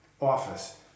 office